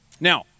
Now